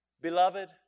beloved